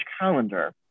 calendar